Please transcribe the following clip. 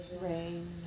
Rain